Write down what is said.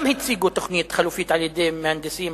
גם הציגו תוכנית חלופית על-ידי מהנדסים,